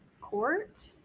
court